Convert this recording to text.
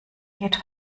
geht